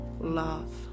love